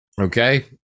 Okay